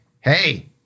Hey